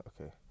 okay